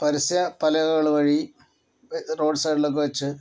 പരസ്യ പലകകൾ വഴി റോഡ് സൈഡിൽ ഒക്കെ വെച്ച്